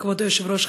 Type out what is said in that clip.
תודה למזכירת הכנסת.